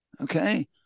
Okay